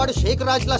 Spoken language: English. but shake raj like